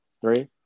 Three